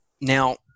Now